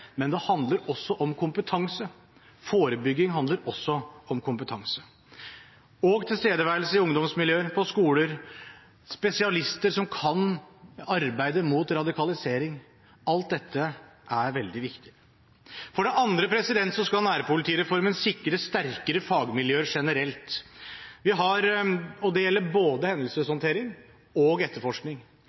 men det handler også om kompetanse. Forebygging handler også om kompetanse – og tilstedeværelse i ungdomsmiljøer, på skoler, spesialister som kan arbeidet mot radikalisering. Alt dette er veldig viktig. For det andre skal nærpolitireformen sikre sterkere fagmiljøer generelt. Det gjelder både hendelseshåndtering og etterforskning.